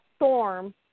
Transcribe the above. storm